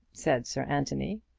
said sir anthony.